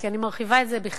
כי אני מרחיבה את זה בכלל,